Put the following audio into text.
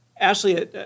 Ashley